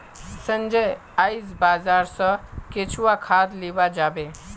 संजय आइज बाजार स केंचुआ खाद लीबा जाबे